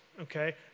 okay